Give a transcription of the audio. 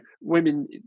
women